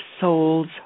soul's